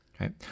right